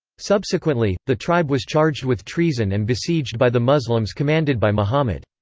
subsequently, the tribe was charged with treason and besieged by the muslims commanded by muhammad.